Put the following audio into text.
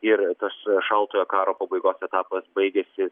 ir tas šaltojo karo pabaigos etapas baigėsi